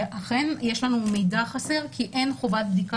ואכן יש לנו מידע חסר כי אין חובת בדיקה